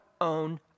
own